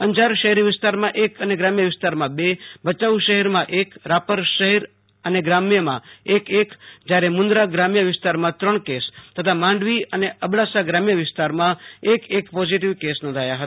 અંજાર શહેરી વિસ્તારમાં એક અને ગ્રામ્ય વિસ્તારમાં બે ભયાઉ શહેરમાં એક રાપર શહેર અને ગ્રામ્યમાં એક એક જ્યારે મુન્દ્રા ગ્રામ્ય વિસ્તારમાં ત્રણ કેસ તથા માંડવી અને અબડાસા ગ્રામ્ય વિસ્તારમાં એક એક પોઝિટિવ્ કેસ નોંધાથા હતા